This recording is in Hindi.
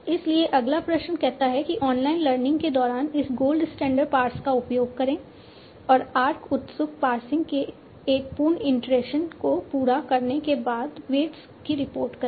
इसलिए अगला प्रश्न कहता है कि ऑनलाइन लर्निंग के दौरान इस गोल्ड स्टैंडर्ड पार्स का उपयोग करें और आर्क उत्सुक पार्सिंग के एक पूर्ण इटरेशन को पूरा करने के बाद वेट्स की रिपोर्ट करें